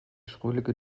schrullige